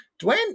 Dwayne